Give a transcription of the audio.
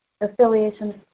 affiliations